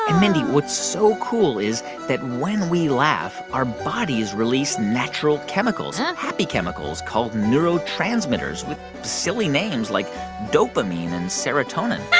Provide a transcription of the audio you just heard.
and mindy, what's so cool is that when we laugh, our bodies release natural chemicals happy chemicals called neurotransmitters with silly names like dopamine and serotonin.